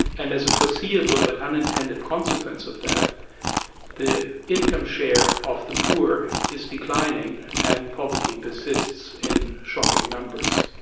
and as a foreseeable but unintended consequence of that the income share of the poor is declining and poverty persists in shocking numbers.